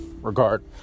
regard